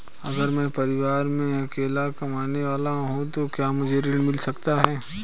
अगर मैं परिवार में अकेला कमाने वाला हूँ तो क्या मुझे ऋण मिल सकता है?